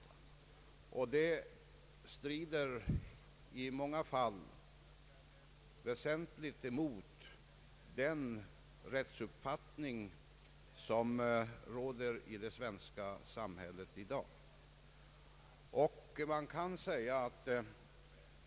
Detta utslag strider i många fall väsentligt emot den rättsuppfattning som i dag råder i det svenska samhället.